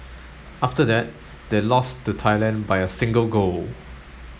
after that they lost to Thailand by a single goal